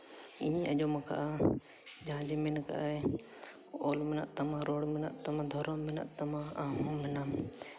ᱤᱧᱤᱧ ᱟᱸᱡᱚᱢ ᱠᱟᱜᱼᱟ ᱡᱟᱦᱟᱸ ᱡᱮ ᱢᱮᱱ ᱠᱟᱜ ᱟᱭ ᱚᱞ ᱢᱮᱱᱟᱜ ᱛᱟᱢᱟ ᱨᱚᱲ ᱢᱮᱱᱟᱜ ᱛᱟᱢᱟ ᱫᱷᱚᱨᱚᱢ ᱢᱮᱱᱟᱜ ᱛᱟᱢᱟ ᱟᱢ ᱦᱚᱸ ᱢᱮᱱᱟᱢ